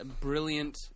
brilliant